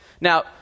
Now